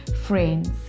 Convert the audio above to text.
Friends